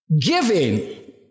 Giving